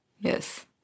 yes